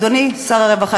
אדוני שר הרווחה,